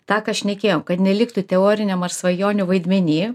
ta ką šnekėjom kad neliktų teoriniam ar svajonių vaidmeny